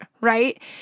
right